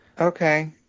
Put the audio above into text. Okay